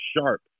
sharp